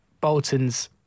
Bolton's